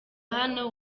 hano